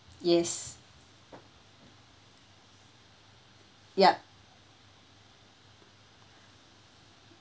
yes yup